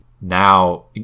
Now